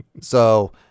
So-